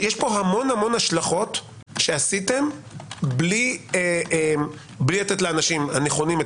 יש פה המון השלכות שעשיתם בלי לתת לאנשים הנכונים את